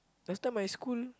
last time my school